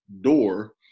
door